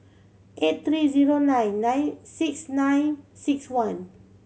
eight three zero nine nine six nine six one